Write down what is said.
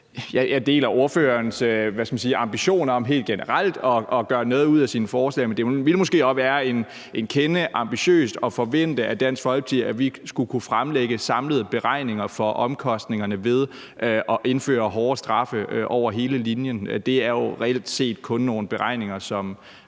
Jeg deler ordførerens ambition om helt generelt at gøre noget ud af sine forslag, men det ville måske være en kende ambitiøst at forvente af Dansk Folkeparti, at vi skulle kunne fremlægge samlede beregninger for omkostningerne ved at indføre hårdere straffe over hele linjen. Det er jo reelt set kun nogle beregninger, som